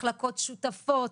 מחלקות שותפות,